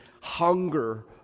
hunger